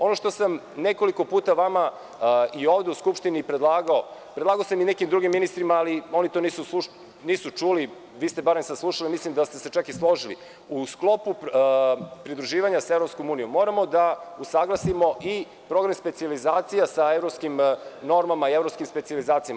Ono što sam nekoliko puta vama i ovde u Skupštini predlagao, predlagao sam i nekim drugim ministrima, ali oni to nisu čuli, vi ste barem saslušali, mislim da ste se čak i složili, u sklopu pridruživanja sa Evropskom unijom moramo da usaglasimo i program specijalizacija sa evropskim normama i evropskim specijalizacijama.